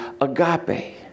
agape